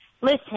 listen